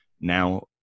now